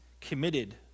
committed